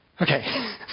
Okay